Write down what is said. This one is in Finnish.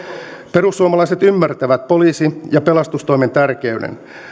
perussuomalaiset ymmärtävät poliisi ja pelastustoimen tärkeyden